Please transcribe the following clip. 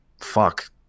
Fuck